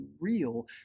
real